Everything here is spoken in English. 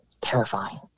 terrifying